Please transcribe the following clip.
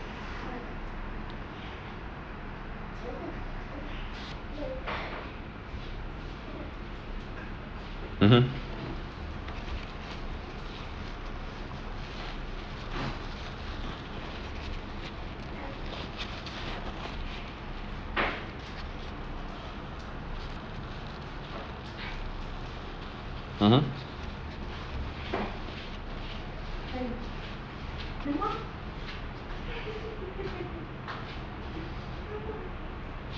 mmhmm mmhmm